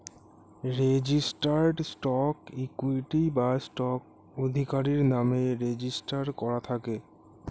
registered stock equity বা stock আধিকারির নামে রেজিস্টার করা থাকে